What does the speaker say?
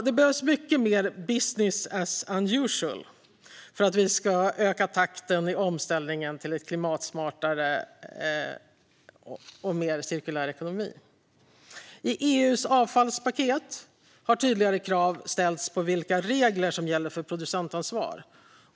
Det behövs mycket mer business as unusual för att vi ska öka takten i omställningen till en mer klimatsmart och mer cirkulär ekonomi. I EU:s avfallspaket har krav tidigare ställts på vilka regler som gäller för producentansvar.